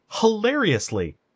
hilariously